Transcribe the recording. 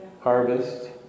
harvest